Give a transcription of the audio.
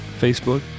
Facebook